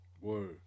Word